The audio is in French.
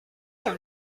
dans